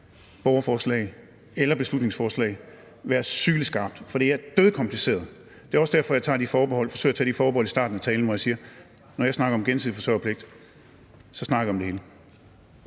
borgerforslag eller beslutningsforslag være syle skarpt, for det er dødkompliceret. Det er også derfor, at jeg forsøger at tage de forbehold i starten af talen, hvor jeg siger, at når jeg snakker om gensidig forsørgerpligt, snakker jeg om det hele.